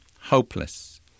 hopeless